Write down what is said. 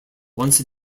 once